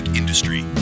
industry